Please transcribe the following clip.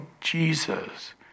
Jesus